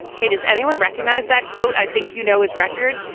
hey, does anyone recognize that quote? i think you know his record.